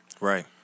Right